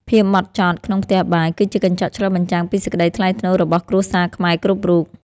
ភាពហ្មត់ចត់ក្នុងផ្ទះបាយ គឺជាកញ្ចក់ឆ្លុះបញ្ចាំងពីសេចក្តីថ្លៃថ្នូររបស់គ្រួសារខ្មែរគ្រប់រូប។